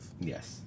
Yes